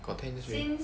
got ten years already